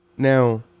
Now